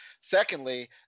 Secondly